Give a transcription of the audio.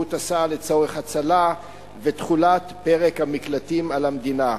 שירות הסעה לצורך הצלה ותחולת פרק המקלטים על המדינה.